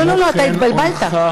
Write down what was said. אתה התבלבלת.